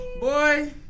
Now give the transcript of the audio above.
Boy